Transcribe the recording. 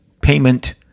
payment